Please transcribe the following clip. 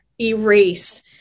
erase